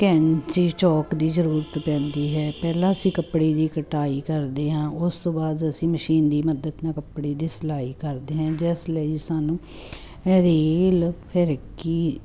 ਕੈਂਚੀ ਚੋਕ ਦੀ ਜਰੂਰਤ ਪੈਂਦੀ ਹੈ ਪਹਿਲਾਂ ਅਸੀਂ ਕੱਪੜੇ ਦੀ ਕਟਾਈ ਕਰਦੇ ਹਾਂ ਉਸ ਤੋਂ ਬਾਅਦ ਅਸੀਂ ਮਸ਼ੀਨ ਦੀ ਮਦਦ ਨਾਲ ਕੱਪੜੇ ਦੀ ਸਿਲਾਈ ਕਰਦੇ ਹੈ ਜਿਸ ਲਈ ਸਾਨੂੰ ਰੀਲ ਫਿਰਕੀ